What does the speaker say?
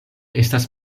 estas